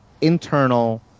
internal